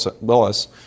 Willis